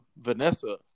Vanessa